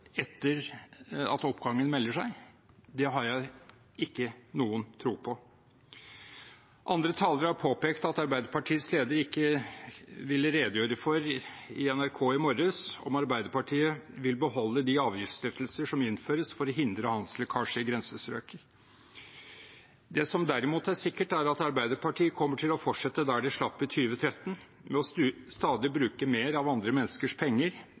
oppgangen melder seg? Det har jeg ikke noen tro på. Andre talere har påpekt at Arbeiderpartiets leder i NRK i morges ikke ville redegjøre for om Arbeiderpartiet vil beholde de avgiftslettelser som innføres for å hindre handelslekkasje i grensestrøkene. Det som derimot er sikkert, er at Arbeiderpartiet kommer til å fortsette der de slapp i 2013, med å bruke stadig mer av andre menneskers penger